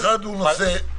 זה נושא,